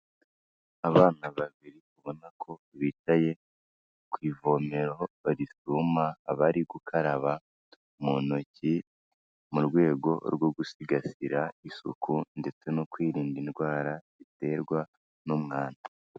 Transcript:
Abana babiri ubona ko bicaye ku ivomero bari kunywa abari gukaraba mu ntoki, mu rwego rwo gusigasira isuku ndetse no kwirinda indwara ziterwa n'umwanda.